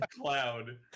cloud